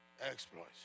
Exploits